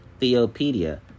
Theopedia